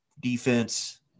defense –